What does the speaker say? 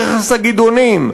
ברכס-הגדעונים,